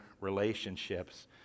Relationships